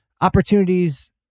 opportunities